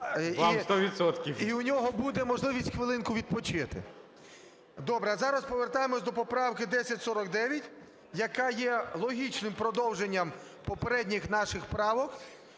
І у нього буде можливість хвилинку відпочити. Добре. А зараз повертаємося до поправки 1049, яка є логічним продовженням попередніх наших правок.